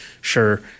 Sure